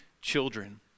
children